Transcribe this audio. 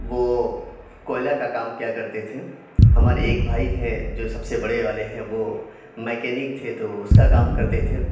وہ کوئلہ کا کام کیا کرتے تھے ہمارے ایک بھائی ہیں جو سب سے بڑے والے ہیں وہ میکینک تھے تو وہ اس کا کام کرتے تھے